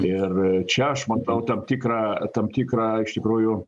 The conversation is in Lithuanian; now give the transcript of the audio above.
ir čia aš matau tam tikrą tam tikrą iš tikrųjų